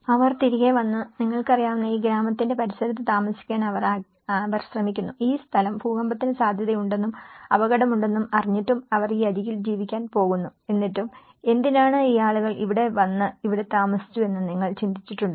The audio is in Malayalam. അവർ തിരികെ വന്നു നിങ്ങൾക്ക് അറിയാവുന്ന ഈ ഗ്രാമത്തിന്റെ പരിസരത്ത് താമസിക്കാൻ അവർ ശ്രമിക്കുന്നു ഈ സ്ഥലം ഭൂകമ്പത്തിന് സാധ്യതയുണ്ടെന്നും അപകടമുണ്ടെന്നും അറിഞ്ഞിട്ടും അവർ ഈ അരികിൽ ജീവിക്കാൻ പോകുന്നു എന്നിട്ടും എന്തിനാണ് ഈ ആളുകൾ ഇവിടെ വന്ന് ഇവിടെ താമസിച്ചുവെന്ന് നിങ്ങൾ ചിന്തിച്ചിട്ടുണ്ടോ